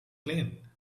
plane